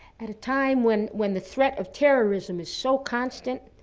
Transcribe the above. at a time when when the threat of terrorism is so constant,